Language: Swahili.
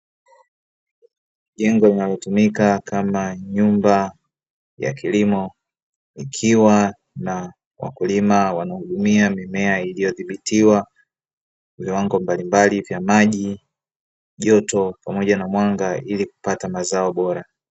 Jengo linalotumika kama nyumba ya kilimo ikiwa na wakulima wanaohudumia mimea iliyodhibitiwa viwango mbalimbali vya maji, joto, pamoja na mwanga ili kupata mazao bora.